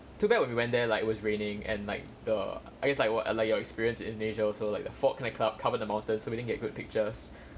too bad when we went there like it was raining and like the I guess like what I like your experience in nature also like the fog and the cloud cover the mountain so we don't get good pictures